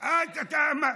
חמסה,